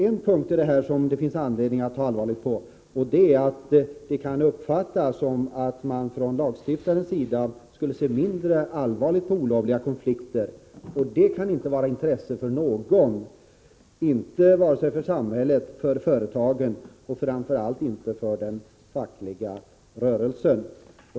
En punkt finns det emellertid anledning att ta på allvar, nämligen att det kan uppfattas som att man från lagstiftarens sida skulle se mindre allvarligt på olagliga konflikter. Det kan inte vara av intresse för någon, vare sig för samhället eller för företagen och framför allt inte för den fackliga rörelsen.